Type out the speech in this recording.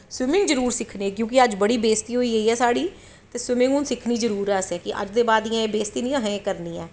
swimming जरूर सिक्खनी ऐ क्योंकि अज्ज बड़ी बेश्ती होई गेई ऐ साढ़ी ते स्विमिंग सिक्खनी जरूर ऐ असैं अज्ज दे बाद बेश्ती नी असैं करनी ऐ